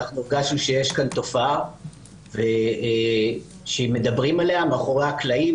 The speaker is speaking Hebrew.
אנחנו הרגשנו שיש כאן תופעה שמדברים עליה מאחורי הקלעים,